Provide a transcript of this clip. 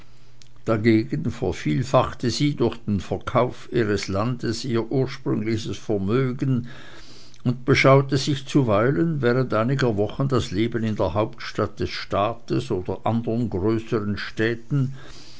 dagegen vervielfachte sie durch den verkauf ihres landes ihr ursprüngliches vermögen und beschaute sich zuweilen während einiger wochen das leben in der hauptstadt des staates oder anderen größeren städten